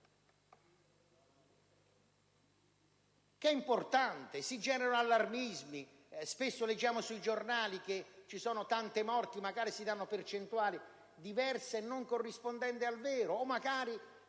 molto importante. Si generano allarmismi e spesso leggiamo sui giornali che ci sono tante morti, e magari si forniscono percentuali diverse o non corrispondenti al vero. Credo